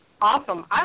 awesome